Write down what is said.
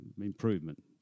improvement